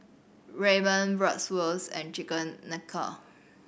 Ramen Bratwurst and Chicken Tikka